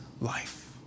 life